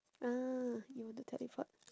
ah you want to teleport